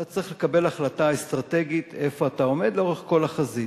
אתה תצטרך לקבל החלטה אסטרטגית לאורך כל החזית: